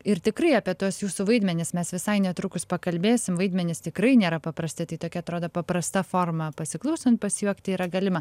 ir tikrai apie tuos jūsų vaidmenis mes visai netrukus pakalbėsim vaidmenys tikrai nėra paprasti tai tokia atrodo paprasta forma pasiklausant pasijuokti yra galima